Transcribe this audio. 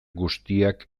guztiak